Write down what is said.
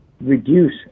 reduce